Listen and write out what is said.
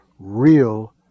real